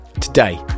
today